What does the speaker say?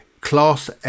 class